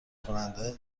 کننده